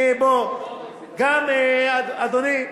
אדוני,